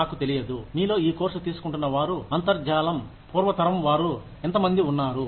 నాకు తెలియదు మీలో ఈ కోర్సు తీసుకుంటున్న వారు అంతర్జాలం పూర్వ తరం వారు ఎంతమంది ఉన్నారు